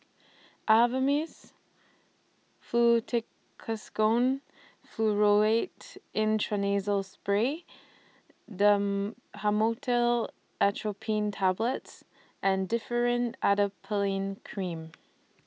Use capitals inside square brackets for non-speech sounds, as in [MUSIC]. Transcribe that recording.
Avamys Fluticasone Furoate Intranasal Spray [UNINTELLIGIBLE] Atropine Tablets and Differin Adapalene Cream